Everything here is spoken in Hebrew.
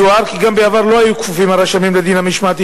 יוער כי גם בעבר לא היו כפופים הרשמים לדין המשמעתי